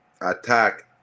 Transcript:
attack